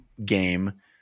Game